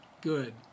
good